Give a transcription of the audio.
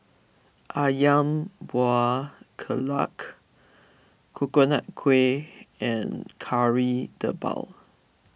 Ayam Buah Keluak Coconut Kuih and Kari Debal